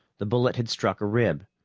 the bullet had struck a rib,